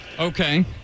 Okay